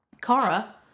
Kara